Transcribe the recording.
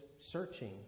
searching